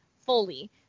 fully